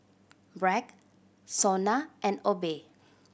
Bragg SONA and Obey